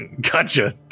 Gotcha